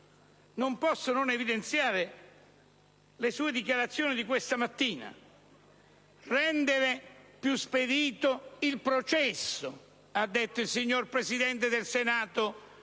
non posso non evidenziare le sue dichiarazioni di questa mattina: occorre rendere più spedito il processo, ha detto il Presidente del Senato